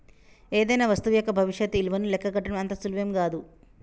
ఏదైనా వస్తువు యొక్క భవిష్యత్తు ఇలువను లెక్కగట్టడం అంత సులువేం గాదు